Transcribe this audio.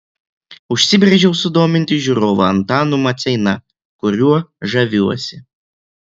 užsibrėžiau sudominti žiūrovą antanu maceina kuriuo žaviuosi